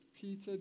Peter